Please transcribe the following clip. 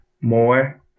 more